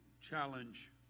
challenge